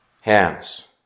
hands